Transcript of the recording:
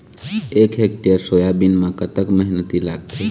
एक hectare soybean म कतक मेहनती लागथे?